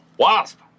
Wasp